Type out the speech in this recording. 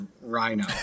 Rhino